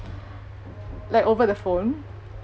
like over the phone